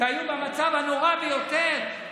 שהיו במצב הנורא ביותר.